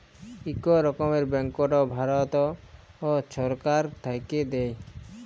ইক রকমের ব্যাংকট ভারত ছরকার থ্যাইকে দেয়